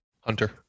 hunter